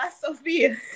Sophia